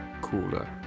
cooler